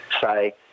say